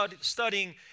studying